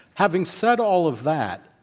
having said all of that,